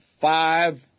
five